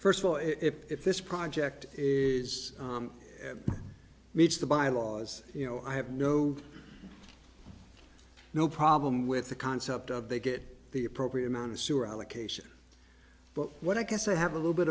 first of all if if this project is made to the by laws you know i have no no problem with the concept of they get the appropriate amount of sewer allocation but what i guess i have a little bit